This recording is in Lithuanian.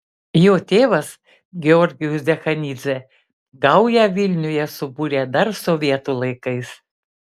jo tėvas georgijus dekanidzė gaują vilniuje subūrė dar sovietų laikais